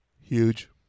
huge